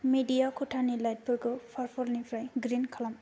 media खथानि light फोरखौ purple निफ्राय ग्रिन खालाम